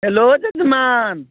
hello यजमान